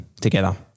together